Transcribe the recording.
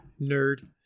Nerd